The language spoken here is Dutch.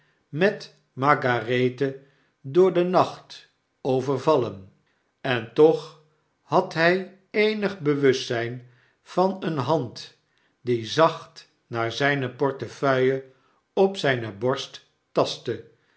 met margarethe door den nacht overvallen en toch had hij eenig bewustzyn van eene hand die zacht naar zyne portefeuille op zyne borst tastte